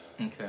Okay